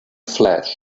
flash